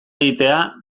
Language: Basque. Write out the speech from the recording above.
egitea